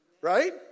right